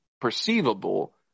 perceivable